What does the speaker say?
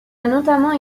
notamment